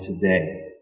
today